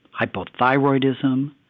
hypothyroidism